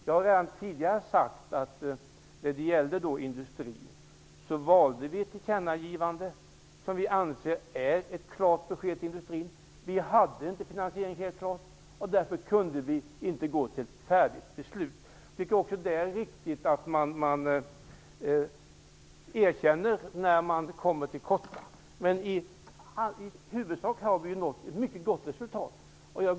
Jag har redan tidigare sagt att vi när det gällde industrin valde ett tillkännagivande, som vi anser är ett klart besked till industrin. Vi hade inte finansieringen helt klar. Därför kunde vi inte gå till ett beslut. Jag tycker också att det är riktigt att man erkänner när man kommer till korta. I huvudsak har vi nått ett mycket gott resultat.